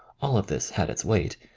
all of this had its weight,